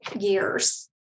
years